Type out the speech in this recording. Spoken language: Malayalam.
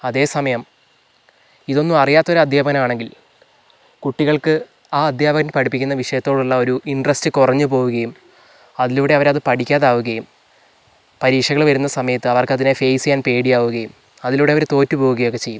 അതേ സമയം ഇതൊന്നും അറിയാത്ത ഒരു അദ്ധ്യാപകനാണെങ്കിൽ കുട്ടികൾക്ക് ആ അദ്ധ്യാപകൻ പഠിപ്പിക്കുന്ന വിഷയത്തോടുള്ള ഒരു ഇൻട്രസ്റ്റ് കുറഞ്ഞ് പോകുകയും അതിലൂടെ അവരത് പഠിക്കാതാകുകയും പരീക്ഷകൾ വരുന്ന സമയത്ത് അവർക്കതിനെ ഫേസ് ചെയ്യാൻ പേടിയാവുകയും അതിലൂടെ അവർ തോറ്റ് പോകുകയൊക്കെ ചെയ്യും